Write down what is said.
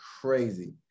crazy